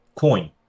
coin